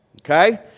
Okay